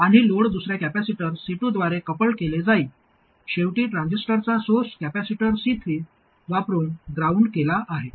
आणि लोड दुसर्या capacitor C2 द्वारे कपल्ड केला जाईल शेवटी ट्रान्झिस्टरचा सोर्स कॅपेसिटर C3 वापरून ग्राउंड केला आहे